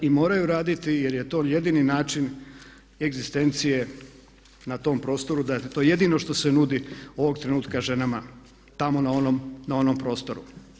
I moraju raditi jer je to jedini način egzistencije na tom prostoru, dakle to je jedino što se nudi ovog trenutka ženama tamo na onom prostoru.